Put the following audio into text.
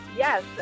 Yes